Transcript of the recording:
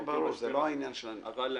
אבל אם